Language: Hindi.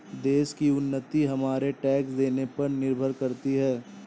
देश की उन्नति हमारे टैक्स देने पर निर्भर करती है